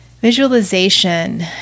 Visualization